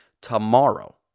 tomorrow